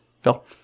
Phil